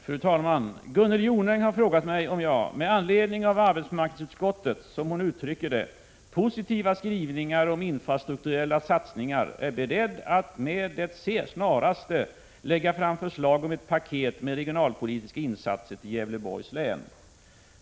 Fru talman! Gunnel Jonäng har frågat mig om jag - med anledning av arbetsmarknadsutskottets, som hon uttrycker det, positiva skrivningar om infrastrukturella satsningar — är beredd att med det snaraste lägga fram förslag om ett paket med regionalpolitiska insatser till Gävleborgs län.